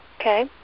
Okay